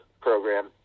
program